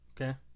okay